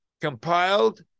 compiled